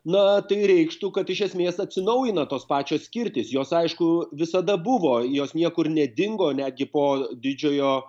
na tai reikštų kad iš esmės atsinaujina tos pačios skirtys jos aišku visada buvo jos niekur nedingo netgi po didžiojo